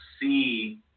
see